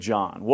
John